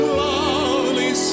lovely